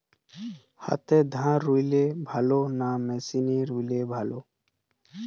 হাতে ধান রুইলে ভালো না মেশিনে রুইলে ভালো?